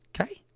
okay